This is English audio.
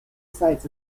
sites